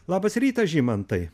labas rytas žymantai